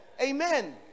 Amen